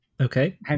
Okay